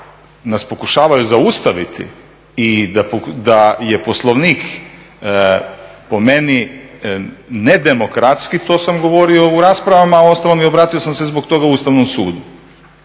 nas pokušavaju zaustaviti i da je Poslovnik po meni nedemokratski to sam govorio u raspravama, a uostalom obratio sam se zbog toga i Ustavnom sudu.